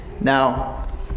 Now